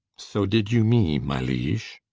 so did you me my liege